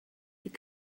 you